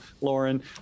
Lauren